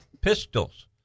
pistols